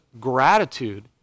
gratitude